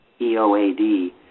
EOAD